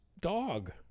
dog